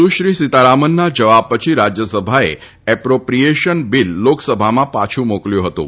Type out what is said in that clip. સુશ્રી સીતારામનના જવાબ પછી રાજ્યસભાએ એપ્રોપ્રિએશન બીલ લોકસભામાં પાછુ મોકલ્યું હતું